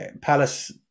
Palace